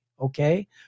Okay